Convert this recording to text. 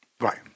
Right